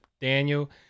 Daniel